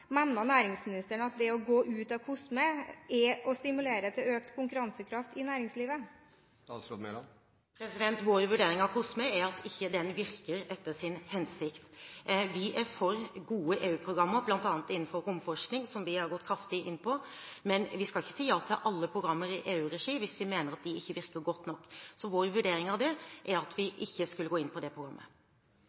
Mener næringsministeren at det å gå ut av COSME er å stimulere til økt konkurransekraft i næringslivet? Vår vurdering av COSME er at det programmet ikke virker etter sin hensikt. Vi er for gode EU-programmer, bl.a. innenfor romforskning, som vi har gått kraftig inn på, men vi skal ikke si ja til alle programmer i EU-regi hvis vi mener at de ikke virker godt nok. Vår vurdering av det er at vi ikke skal gå inn i det programmet.